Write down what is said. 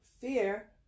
fear